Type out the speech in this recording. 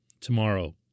tomorrow